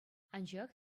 анчах